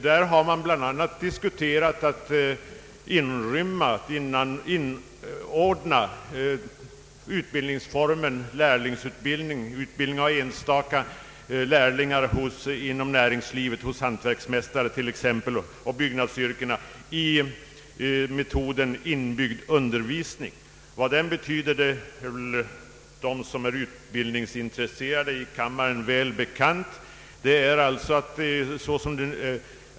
Där har man bl.a. diskuterat att inordna utbildning av enstaka lärlingar hos t.ex. hantverksmästare i den inbyggda undervisningen. Vad den betyder är väl bekant för de utbildningsintresserade i kammaren.